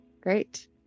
great